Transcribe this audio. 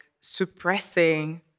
suppressing